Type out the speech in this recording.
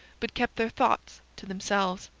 but kept their thoughts to themselves.